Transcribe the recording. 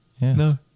No